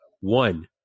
One